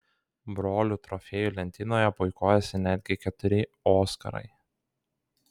brolių trofėjų lentynoje puikuojasi netgi keturi oskarai